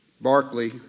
Barclay